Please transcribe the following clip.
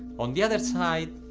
on the other side,